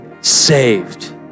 saved